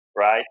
right